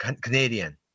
Canadian